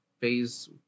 phase